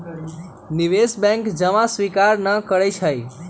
निवेश बैंक जमा स्वीकार न करइ छै